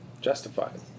justified